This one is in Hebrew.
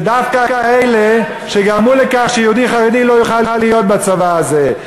זה דווקא אלה שגרמו לכך שיהודי חרדי לא יוכל להיות בצבא הזה.